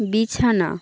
বিছানা